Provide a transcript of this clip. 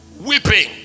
weeping